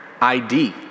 ID